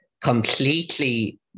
completely